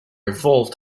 evolved